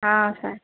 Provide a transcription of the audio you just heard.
ହଁ ସାର୍